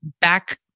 back